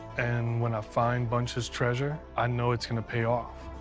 and when i find bunch's treasure, i know it's gonna pay off.